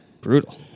Brutal